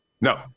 No